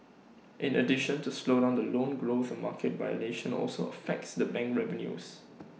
in addition the slowdown in loan growth and market volation also affect the bank revenues